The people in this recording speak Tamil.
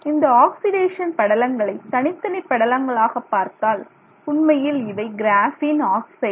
இந்த ஆக்சிடேஷன் படலங்களை தனித்தனி படலங்களாக பார்த்தால் உண்மையில் இவை கிராபீன் ஆக்சைடு